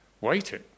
waiting